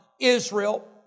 Israel